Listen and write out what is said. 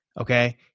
Okay